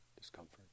discomfort